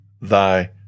thy